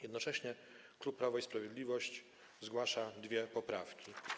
Jednocześnie klub Prawo i Sprawiedliwość zgłasza dwie poprawki.